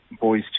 boys